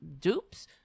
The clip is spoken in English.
dupes